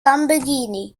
lamborghini